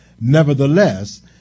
Nevertheless